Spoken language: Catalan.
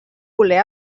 voler